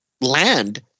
land